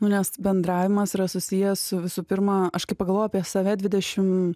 nu nes bendravimas yra susijęs su visų pirma aš kai pagalvoju apie save dvidešim